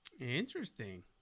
Interesting